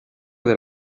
del